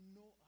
no